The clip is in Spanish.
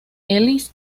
ellis